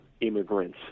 immigrants